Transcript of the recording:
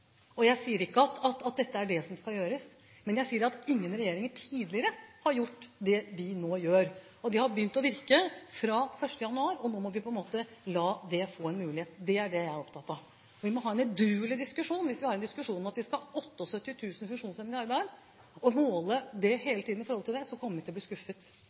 og jeg sier ikke at dette er det som skal gjøres. Men jeg sier at ingen regjeringer tidligere har gjort det vi nå gjør. Dette har begynt å virke fra 1. januar, og nå må vi på en måte la det få en mulighet – det er det jeg er opptatt av. Vi må ha en edruelig diskusjon. Hvis vi har en diskusjon om at vi skal ha 78 000 funksjonshemmede i arbeid, og hele tiden måler i forhold til det, kommer vi til å bli skuffet,